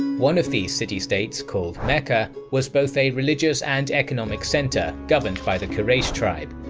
one of these city-states called mecca was both a religious and economic center governed by the quraysh tribe,